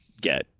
get